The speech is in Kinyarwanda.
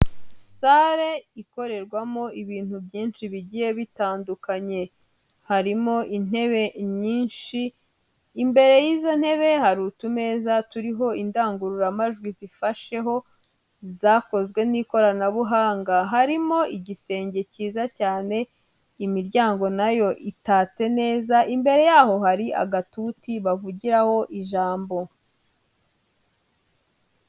Sare ikorerwamo ibintu byinshi bigiye bitandukanye, harimo intebe nyinshi imbere y'izo ntebe hari utumeza turiho indangururamajwi zifasheho zakozwe n'ikoranabuhanga. Harimo igisenge cyiza cyane, imiryango nayo itatse neza imbere y'aho hari agatuti bavugiraho ijambo.